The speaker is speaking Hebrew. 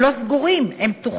הם לא סגורים, הם פתוחים,